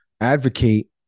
advocate